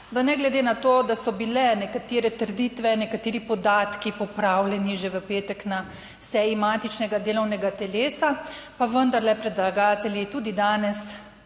da ne glede na to, da so bile nekatere trditve, nekateri podatki popravljeni že v petek na seji matičnega delovnega telesa, pa vendarle predlagatelji tudi danes